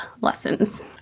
lessons